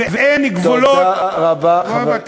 ואין גבולות, תודה רבה.